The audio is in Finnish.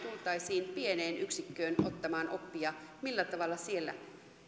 tultaisiin pieneen yksikköön ottamaan oppia millä tavalla siellä